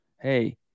hey